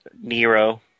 Nero